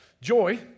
joy